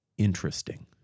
Interesting